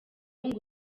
ngo